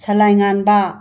ꯁꯂꯥꯏꯉꯥꯟꯕ